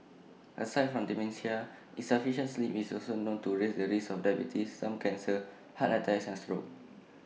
aside from dementia insufficient sleep is also known to raise the risk of diabetes some cancers heart attacks and stroke